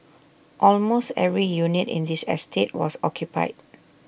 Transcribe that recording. almost every unit in this estate was occupied